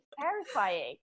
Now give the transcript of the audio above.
terrifying